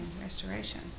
restoration